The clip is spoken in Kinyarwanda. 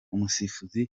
umusifuzi